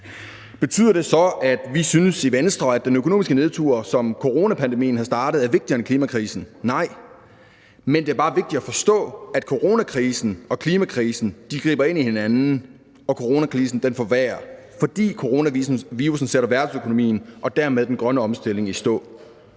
Betyder det så, at vi i Venstre synes, at den økonomiske nedtur, som coronapandemien har startet, er vigtigere end klimakrisen? Nej, men det er bare vigtigt at forstå, at coronakrisen og klimakrisen griber ind i hinanden, og at coronakrisen forværrer situationen, fordi coronavirussen sætter verdensøkonomien og dermed den grønne omstilling i stå.